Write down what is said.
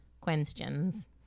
Questions